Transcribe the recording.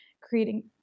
creating